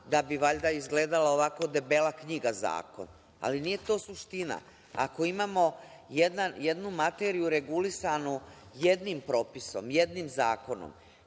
da bi valjda izgledala ovako debela knjiga – zakon? Nije to suština. Ako imamo jednu materiju regulisanu jednim propisom, jednim zakonom,